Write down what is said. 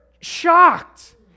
shocked